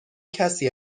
کسی